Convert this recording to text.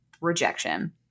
rejection